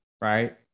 right